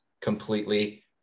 completely